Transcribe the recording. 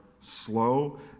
slow